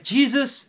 Jesus